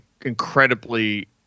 incredibly